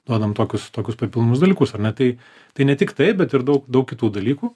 duodam tokius tokius papildomus dalykus ar ne tai tai ne tik tai bet ir daug daug kitų dalykų